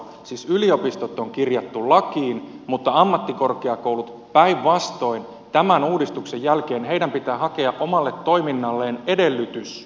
siis yliopistot on kirjattu lakiin mutta ammattikorkeakoulujen päinvastoin tämän uudistuksen jälkeen pitää hakea omalle toiminnalleen edellytys